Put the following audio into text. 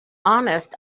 honest